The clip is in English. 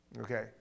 Okay